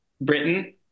britain